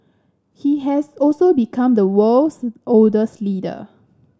he has also become the world's oldest leader